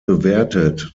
bewertet